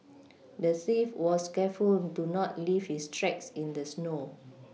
the thief was careful to not leave his tracks in the snow